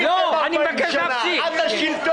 את בשלטון.